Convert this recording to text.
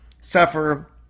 suffer